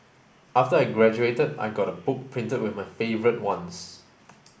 after I graduated I got a book printed with my favourite ones